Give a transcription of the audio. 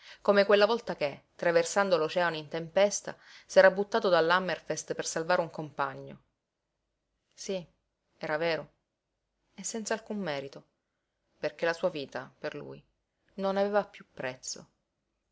come quella volta che traversando l'oceano in tempesta s'era buttato dall'hammerfest per salvare un compagno sí era vero e senza alcun merito perché la sua vita per lui non aveva piú prezzo